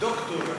ד"ר גטאס,